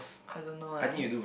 I don't know eh